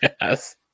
yes